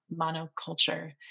monoculture